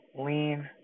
lean